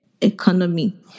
economy